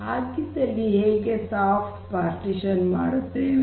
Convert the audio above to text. ಹಾಗಿದ್ದಲ್ಲಿ ಹೇಗೆ soft partition ಮಾಡುತ್ತೇವೆ